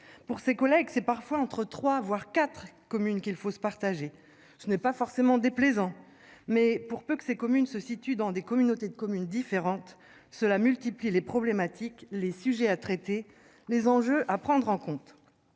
pour ses collègues. C'est parfois entre 3 voire 4 communes qu'il faut se partager ce n'est pas forcément déplaisant mais pour peu que ces communes se situent dans des communautés de communes différentes. Cela multiplie les problématiques les sujets à traiter les enjeux à prendre en compte.